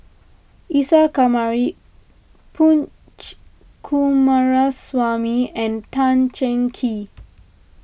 Isa Kamari Punch Coomaraswamy and Tan Cheng Kee